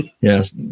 yes